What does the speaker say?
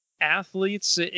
athletes